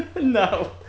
no